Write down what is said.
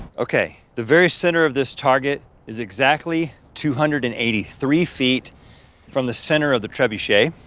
okay, the very center of this target is exactly two hundred and eighty three feet from the center of the trebuchet.